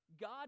God